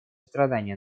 страдания